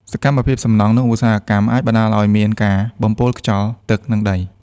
សកម្មភាពសំណង់ និងឧស្សាហកម្មអាចបណ្ដាលឲ្យមានការបំពុលខ្យល់ ទឹក និងដី។